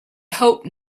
hope